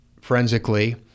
forensically